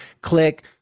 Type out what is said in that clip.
Click